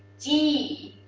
g.